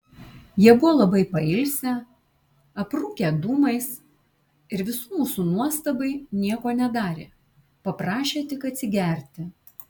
jie buvo labai pailsę aprūkę dūmais ir visų mūsų nuostabai nieko nedarė paprašė tik atsigerti